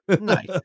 Nice